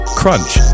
crunch